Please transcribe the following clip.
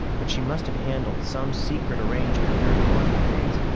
but she must have handled some secret arrangement during the work periods.